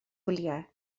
gwyliau